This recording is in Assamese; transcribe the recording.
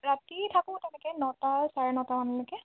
ৰাতি থাকোঁ তেনেকে নটা চাৰে নটা মানলৈকে